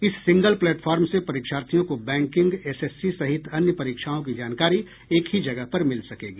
इस single platform से परीक्षार्थियों को बैंकिंग एसएससी सहित अन्य परीक्षाओं की जानकारी एक ही जगह पर मिल सकेगी